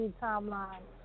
timeline